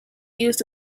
used